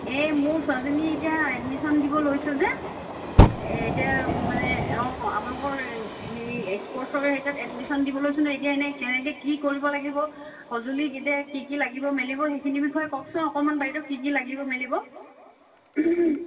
এই মোৰ ছোৱালীজনী এতিয়া এডমিশ্যন দিব লৈছোঁ যে এতিয়া মানে অ আপোনালোকৰ হেৰি স্পৰ্ষ্টছৰ হেৰি তাত এডমিশ্যন দিব লৈছোঁ নহয় এতিয়া ইনে কেনেকৈ কি কৰিব লাগিব সঁজুলি কেতিয়া কি কি লাগিব মেলিব সেইখিনিৰ বিষয়ে কওকচোন অকণমান বাইদেউ কি কি লাগিব মেলিব